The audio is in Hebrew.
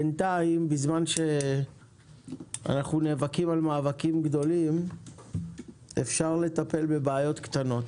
בינתיים בזמן שאנחנו נאבקים במאבקים גדולים אפשר לטפל בבעיות קטנות.